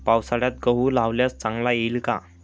पावसाळ्यात गहू लावल्यास चांगला येईल का?